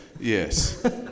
Yes